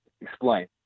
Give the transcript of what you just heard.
explain